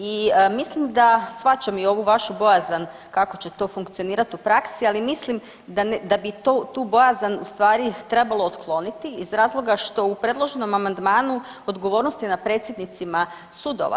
I mislim da shvaćam i ovu vašu bojazan kako će to funkcionirati u praksi ali mislim da bi tu bojazan u stvari trebalo otkloniti iz razloga što u predloženom amandmanu odgovornost je na predsjednicima sudova.